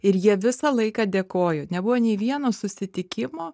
ir jie visą laiką dėkojo nebuvo nei vieno susitikimo